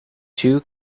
two